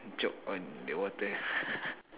choke on the water